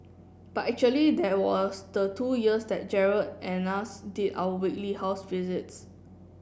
but actually there was the two years that Gerald and us did our weekly house visits